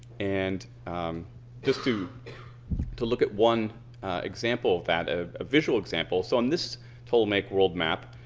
and just to to look at one example of that, a ah visual example. so on this ptolemaic world map,